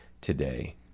today